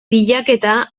bilaketa